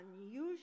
unusual